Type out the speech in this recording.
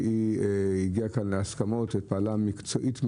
הגיעה כאן להסכמות ופעלה מקצועית מאוד.